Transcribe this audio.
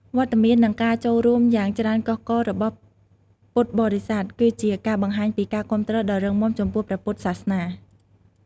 វត្តមាន និងការចូលរួមយ៉ាងច្រើនកុះកររបស់ពុទ្ធបរិស័ទ គឺជាការបង្ហាញពីការគាំទ្រដ៏រឹងមាំចំពោះព្រះពុទ្ធសាសនា។